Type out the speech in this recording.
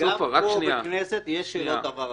אדוני היושב ראש, גם פה, בכנסת, יש שאלות הבהרה.